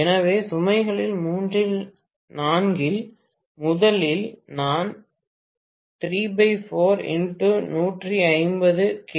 எனவே சுமைகளில் மூன்றில் நான்கில் முதலில் நான் 34x150 கி